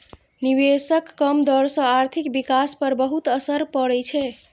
निवेशक कम दर सं आर्थिक विकास पर बहुत असर पड़ै छै